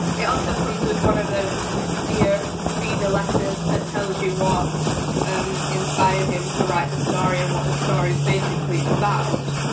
it also comes with one of those dear reader letters that tells you what um inspired him to write the story and what the story is basically about.